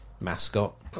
mascot